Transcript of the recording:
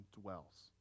dwells